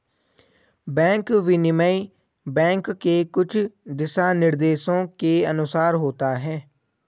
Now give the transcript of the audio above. bank विनिमय bank के कुछ दिशानिर्देशों के अनुसार होता है